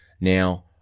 Now